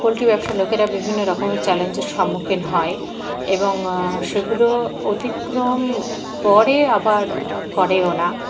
poultry ব্যবসার লোকেরা বিভিন্ন রকমের চ্যালেঞ্জের সম্মুখীন হয় এবং সেগুলো অতিক্রম করে আবার করেও না